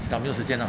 seka 没有时间 orh